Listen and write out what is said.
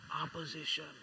opposition